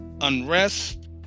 unrest